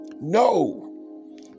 No